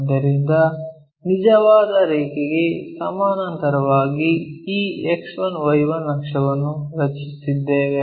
ಆದ್ದರಿಂದ ನಿಜವಾದ ರೇಖೆಗೆ ಸಮಾನಾಂತರವಾಗಿ ಈ X1 Y1 ಅಕ್ಷವನ್ನು ರಚಿಸುತ್ತಿದ್ದೇವೆ